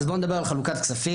נדבר על חלוקת הכספים.